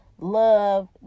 love